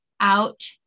out